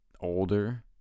older